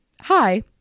Hi